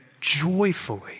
joyfully